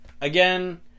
Again